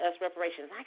reparations